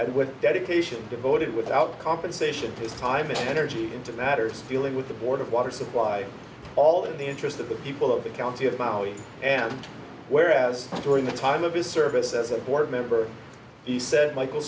and with dedication devoted without compensation his time and energy into matters feeling with the board of water supply all in the interest of the people of the county of maui and whereas during the time of his service as a board member he said michael